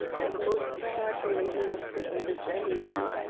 but most certainly he lost it on this occasion.